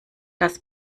das